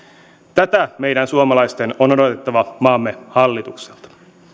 tätä meidän suomalaisten on odotettava maamme hallitukselta